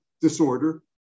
disorder